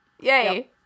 Yay